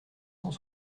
cent